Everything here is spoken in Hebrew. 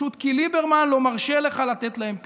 פשוט כי ליברמן לא מרשה לך לתת להם פיצוי.